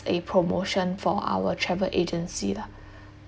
a promotion for our travel agency lah